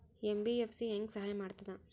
MBFC ಹೆಂಗ್ ಸಹಾಯ ಮಾಡ್ತದ?